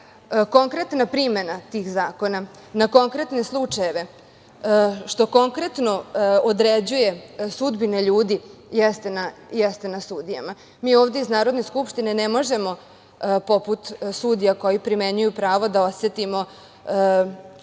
konkretna primena tih zakona, na konkretne slučajeve, što konkretno određuje sudbine ljudi, jeste na sudijama. Mi ovde iz Narodne skupštine ne možemo, poput sudija koje primenjuju pravo, da osetimo